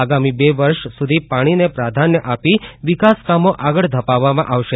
આગામી બે વર્ષ સુધી પાણીને પ્રાધાન્ય આપી વિકાસ કામો આગળ ધપાવવામાં આવશે